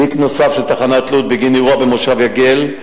תיק נוסף של תחנת לוד בגין אירוע במושב יגל,